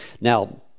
Now